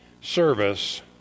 service